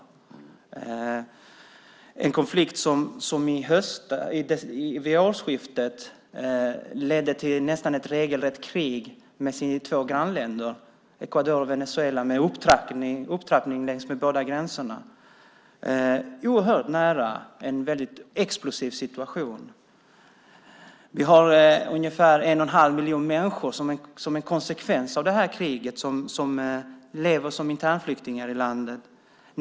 Detta är en konflikt som vid årsskiftet ledde till nästan ett regelrätt krig med två grannländer, Ecuador och Venezuela, med upptrappning längs båda gränserna. Man var oerhört nära en väldigt explosiv situation. Vi har ungefär en och en halv miljon människor som lever som internflyktingar i landet som en konsekvens av det här kriget.